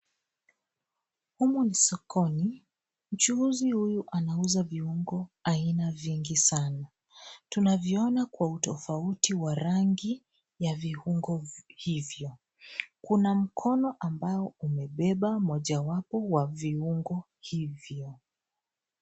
Humu ni sokoni. Mchuuzi huyu anauza viungo aina vingi sana. Tunaviona kwa utofauti wa rangi ya viungo hivyo. Kuna mkono ambao umebeba mojawapo wa viungo hivyo.